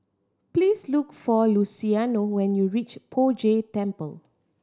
please look for Luciano when you reach Poh Jay Temple